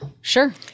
sure